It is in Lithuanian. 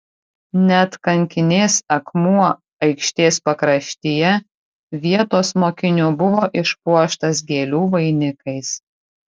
net kankinės akmuo aikštės pakraštyje vietos mokinių buvo išpuoštas gėlių vainikais